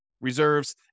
Reserves